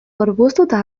gorpuztuta